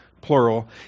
plural